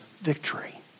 victory